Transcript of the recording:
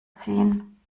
ziehen